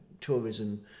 tourism